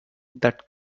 that